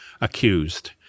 accused